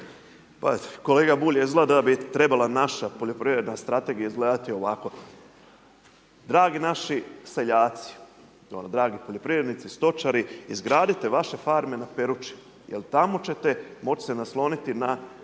Pa kolega Bulj, izgleda da bi trebala naša poljoprivredna strategija izgledati ovako. Dragi naši seljaci, dragi poljoprivrednici, stočari, izgradite vaše farme na Peruči jer tamo ćete moć se nasloniti na